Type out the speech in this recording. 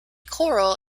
coral